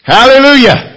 Hallelujah